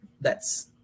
thats